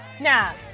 Now